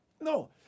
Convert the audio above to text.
No